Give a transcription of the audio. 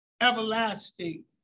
everlasting